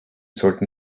sollten